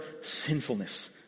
sinfulness